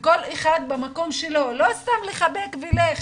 וכל אחד מהמקום שלו, לא סתם לחבק ולך.